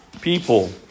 people